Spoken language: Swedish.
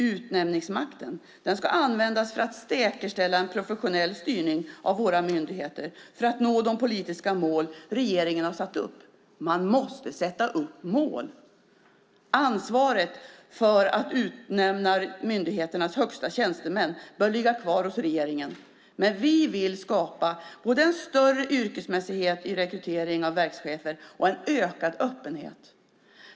Utnämningsmakten ska användas för att säkerställa en professionell styrning av våra myndigheter för att nå de politiska mål regeringen har satt upp. Man måste sätta upp mål! Ansvaret för att utnämna myndigheternas högsta tjänstemän bör ligga kvar hos regeringen, men vi vill skapa både en större yrkesmässighet i rekrytering av verkschefer och en ökad öppenhet.